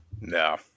No